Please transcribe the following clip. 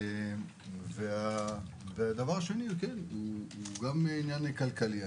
זה גם עניין כלכלי,